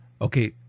Okay